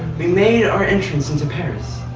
we made our entrance into paris.